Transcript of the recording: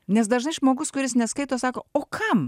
nes dažnai žmogus kuris neskaito sako o kam